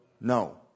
No